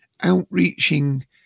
outreaching